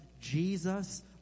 Jesus